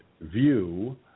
view